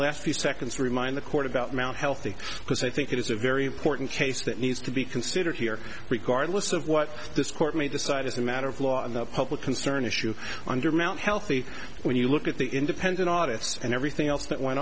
last few seconds remind the court about mt healthy because i think it is a very important case that needs to be considered here regardless of what this court may decide as a matter of law and the public concern issue undermount healthy when you look at the independent audit and everything else that went